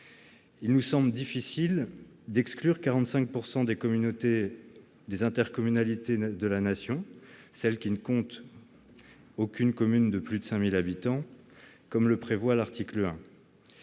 Il nous semble ainsi difficile d'exclure du dispositif 45 % des intercommunalités de la Nation, celles qui ne comptent aucune commune de plus de 5 000 habitants, comme le prévoit l'article 1.